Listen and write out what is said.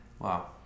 Wow